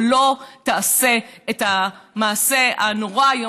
אבל לא תעשה את המעשה הנורא היום,